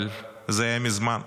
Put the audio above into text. אבל זה היה מזמן.